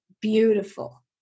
beautiful